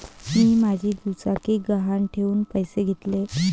मी माझी दुचाकी गहाण ठेवून पैसे घेतले